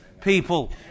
people